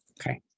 Okay